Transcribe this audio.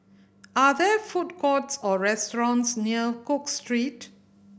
are there food courts or restaurants near Cook Street